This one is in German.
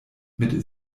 mit